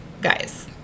guys